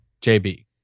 jb